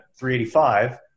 385